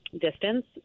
distance